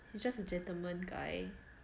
he's just a gentleman guy